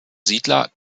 siedler